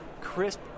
crisp